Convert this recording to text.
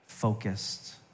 focused